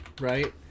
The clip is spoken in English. Right